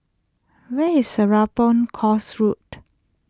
where is Serapong Course Road